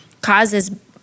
causes